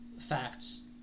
facts